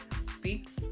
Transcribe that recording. speaks